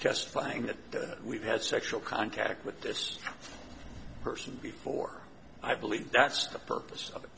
justifying that we've had sexual contact with this person before i believe that's the purpose of